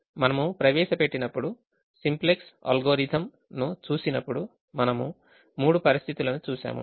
మనము ప్రవేశపెట్టినప్పుడు simplex algorithm ను చూసినప్పుడు మనము మూడు పరిస్థితులను చూశాము